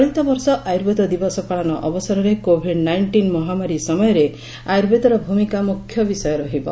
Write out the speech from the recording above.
ଚଳିତ ବର୍ଷ ଆୟୁର୍ବେଦ ଦିବସ ପାଳନ ଅବସରରେ କୋଭିଡ୍ ନାଇଷ୍ଟିନ୍ ମହାମାରୀ ସମୟରେ ଆୟୁର୍ବେଦର ଭୂମିକା ମୁଖ୍ୟ ବିଷୟ ରହିବ